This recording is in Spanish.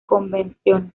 convenciones